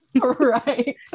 Right